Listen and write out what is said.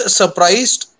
surprised